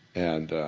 and